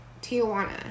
Tijuana